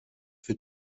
wird